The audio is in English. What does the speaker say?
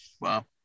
Wow